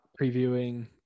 previewing